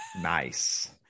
Nice